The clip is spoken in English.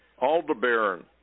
Aldebaran